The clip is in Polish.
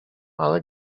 ale